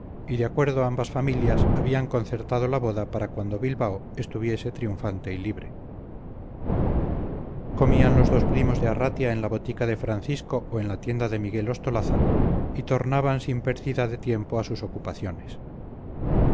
y de acuerdo ambas familias habían concertado la boda para cuando bilbao estuviese triunfante y libre comían los dos primos de arratia en la botica de francisco o en la tienda de miguel ostolaza y tornaban sin pérdida de tiempo a sus ocupaciones